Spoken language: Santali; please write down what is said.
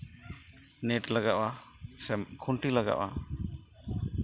ᱱᱮᱹᱴ ᱞᱟᱜᱟᱜᱼᱟ ᱥᱮ ᱠᱷᱩᱱᱴᱤ ᱞᱟᱜᱟᱜᱼᱟ